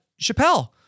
Chappelle